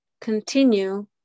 Continue